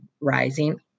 rising